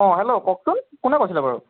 অঁ হেল্ল' কওকচোন কোনে কৈছিলে বাৰু